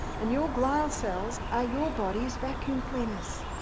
and your glial cells are your body's vacuum cleaners.